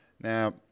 now